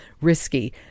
risky